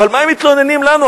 ועל מה מתלוננים לנו,